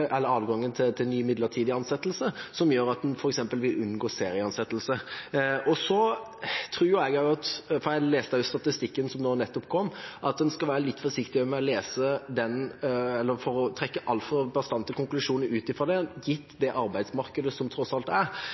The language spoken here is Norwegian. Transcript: adgangen til ny, midlertidig ansettelse, som gjør at en f.eks. vil unngå serieansettelse. Så tror jeg også, for jeg leste også statistikken som nå nettopp kom, at en skal være litt forsiktig med å trekke altfor bastante konklusjoner ut fra den, gitt det arbeidsmarkedet som tross alt er.